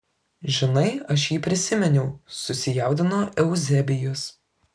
žinai aš jį prisiminiau susijaudino euzebijus